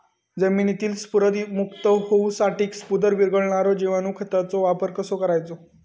जमिनीतील स्फुदरमुक्त होऊसाठीक स्फुदर वीरघळनारो जिवाणू खताचो वापर कसो करायचो?